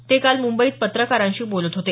ते काल मुंबईत पत्रकारांशी बोलत होते